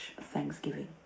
thanksgiving